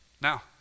Now